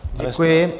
Děkuji.